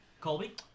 Colby